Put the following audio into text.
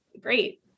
great